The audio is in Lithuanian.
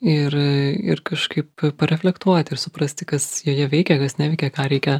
ir ir kažkaip reflektuoti ir suprasti kas joje veikia kas neveikia ką reikia